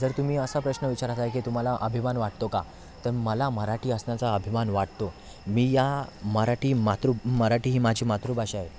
जर तुम्ही असा प्रश्न विचारत आहे की तुम्हाला अभिमान वाटतो का तर मला मराठी असण्याचा अभिमान वाटतो मी या मराठी मातृ मराठी ही माझी मातृभाषा आहे